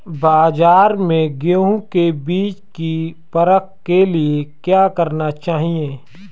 बाज़ार में गेहूँ के बीज की परख के लिए क्या करना चाहिए?